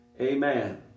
Amen